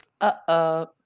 Uh-oh